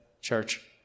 church